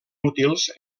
útils